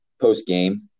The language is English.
post-game